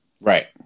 Right